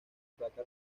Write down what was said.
plata